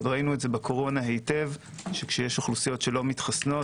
ראינו זאת בקורונה היטב - שכשיש אוכלוסיות שלא מתחסנות,